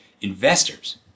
investors